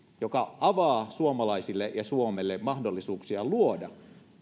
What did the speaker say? mikä avaa suomalaisille ja suomelle mahdollisuuksia luoda